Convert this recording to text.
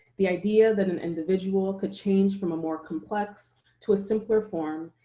the idea that an individual could change from a more complex to a simpler form,